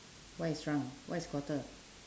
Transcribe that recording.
what is shrunk what is quarter